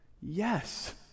Yes